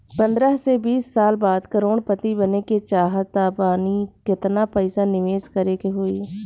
पंद्रह से बीस साल बाद करोड़ पति बने के चाहता बानी केतना पइसा निवेस करे के होई?